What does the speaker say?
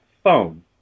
Phone